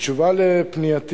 בתשובה על פנייתי